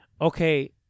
Okay